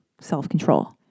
self-control